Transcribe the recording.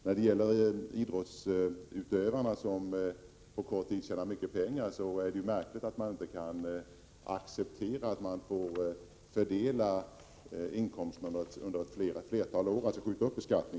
När det gäller de idrottsutövare som under en kort tid tjänar mycket pengar är det märkligt att man inte kan acceptera att de får fördela inkomsterna under flera år, så att beskattningen skjuts upp något.